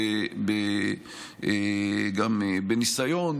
גם בניסיון,